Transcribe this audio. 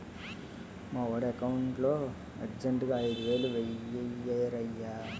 మావోడి ఎకౌంటులో అర్జెంటుగా ఐదువేలు వేయిరయ్య